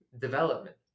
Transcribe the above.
development